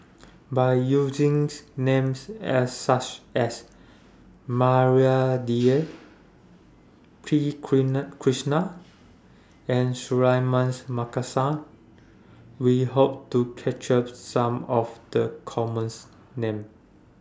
By using Names such as Maria Dyer P Krishnan and Suratman Markasan We Hope to capture Some of The Common Names